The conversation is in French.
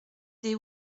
des